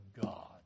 God